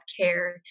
care